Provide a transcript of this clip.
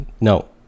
no